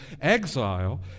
exile